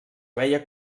veia